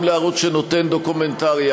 גם לערוץ שנותן דוקומנטריה,